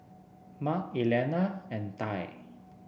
Mark Elliana and Tai